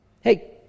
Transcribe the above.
Hey